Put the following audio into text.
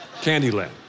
Candyland